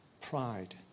pride